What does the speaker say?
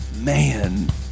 man